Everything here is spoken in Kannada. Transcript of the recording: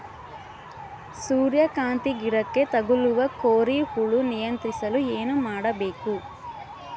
ಸೂರ್ಯಕಾಂತಿ ಗಿಡಕ್ಕೆ ತಗುಲುವ ಕೋರಿ ಹುಳು ನಿಯಂತ್ರಿಸಲು ಏನು ಮಾಡಬೇಕು?